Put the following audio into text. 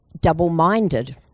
double-minded